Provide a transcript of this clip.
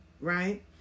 right